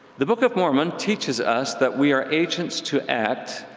the book of mormon teaches us that we are agents to act,